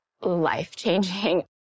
life-changing